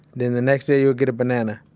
then the next day you'll get a banana.